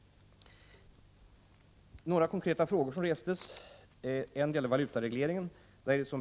Några konkreta frågor restes. En gällde valutautredningen.